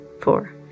four